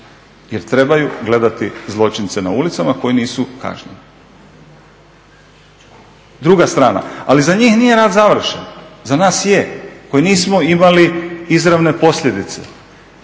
jer trebaju gledati zločince na ulicama koji nisu kažnjeni, druga strana. Ali za njih nije rat završen, za nas je koji nismo imali izravne posljedice.